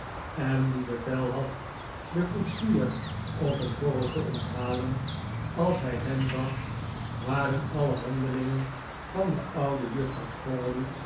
en die bevel had den koetsier op een borrel te onthalen als hij hem zag waren alle handelingen van de oude juffrouw